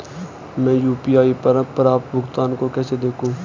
मैं यू.पी.आई पर प्राप्त भुगतान को कैसे देखूं?